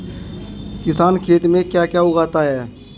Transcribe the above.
किसान खेत में क्या क्या उगाता है?